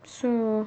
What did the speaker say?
so